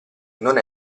non